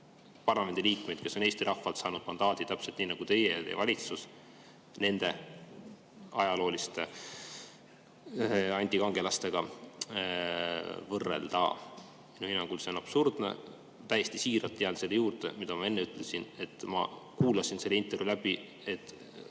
parlamendiliikmeid, kes on Eesti rahvalt saanud mandaadi, täpselt nii nagu teie ja valitsus, nende ajalooliste antikangelastega. Minu hinnangul on see absurdne. Täiesti siiralt jään selle juurde, mida ma enne ütlesin. Ma kuulasin selle intervjuu läbi, et